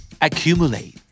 Accumulate